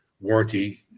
warranty